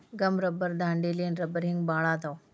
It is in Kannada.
ಗಮ್ ರಬ್ಬರ್ ದಾಂಡೇಲಿಯನ್ ರಬ್ಬರ ಹಿಂಗ ಬಾಳ ಅದಾವ